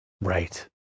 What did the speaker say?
Right